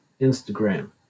Instagram